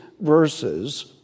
verses